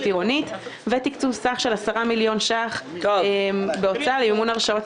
עירונית ותקצוב בסך של 10 מיליון ש"ח בהוצאה למימון הרשאות